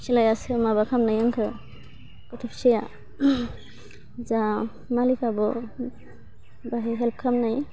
फिसालायासो माबा खालामनाय आंखौ गथ' फिसाया जा मालायफ्राबो बाहाय हेल्प खालामनाय